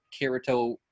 Kirito